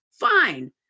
fine